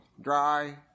dry